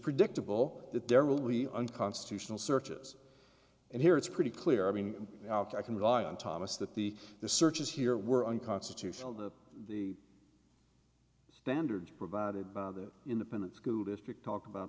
predictable that there will be unconstitutional searches and here it's pretty clear i mean i can rely on thomas that the the searches here were unconstitutional that the standard provided by the independent school district talk about